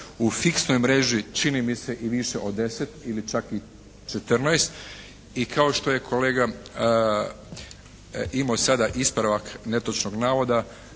u fiksnoj mreži čini mi se i više od deset ili čak i četrnaest. I kao što je kolega imao sada ispravak netočnog navoda,